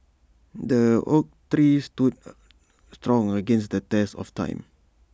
the oak tree stood strong against the test of time